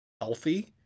healthy